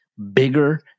Bigger